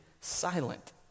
silent